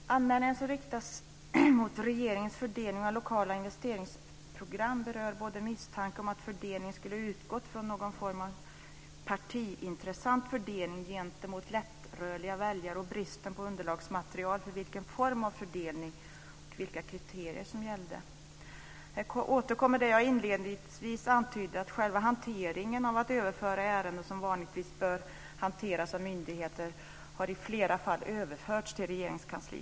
Fru talman! Anmälningarna som riktas mot regeringens fördelning av lokala investeringsprogram berör både misstanke om att fördelningen skulle ha utgått från någon form av partiintressant fördelning gentemot lättrörliga väljare och bristen på underlagsmaterial för vilken form av fördelning och vilka kriterier som gällde. Här återkommer jag till det som jag inledningsvis antydde om själva hanteringen med att överföra ärenden, som vanligtvis bör hanteras av myndigheter. I flera fall har de överförts till Regeringskansliet.